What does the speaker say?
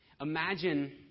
Imagine